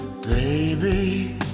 Baby